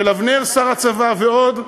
של אבנר שר הצבא ועוד?